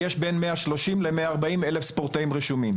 יש בין מאה שלושים למאה ארבעים אלף ספורטאים רשומים.